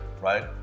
right